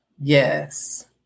Yes